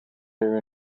there